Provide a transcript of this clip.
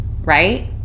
Right